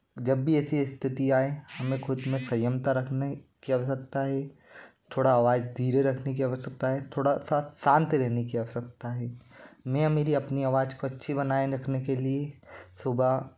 जब भी ऐसी स्थिति आए हमें ख़ुद में संयमता रखने की आवश्यकता है थोड़ा आवाज़ धीरे रखने की आवश्यकता है थोड़ा सा शांत रहने की आवश्यकता है मैं मेरी अपनी आवाज़ को अच्छी बनाए रखने के लिए सुबह